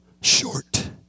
short